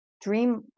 dream